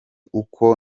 uko